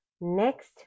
next